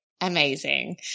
amazing